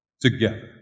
together